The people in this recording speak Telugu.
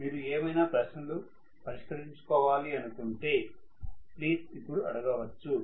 మీరు ఏమైనా ప్రశ్నలు పరిష్కరించుకోవాలి అనుకుంటే ప్లీజ్ ఇప్పుడు అడగవచ్చు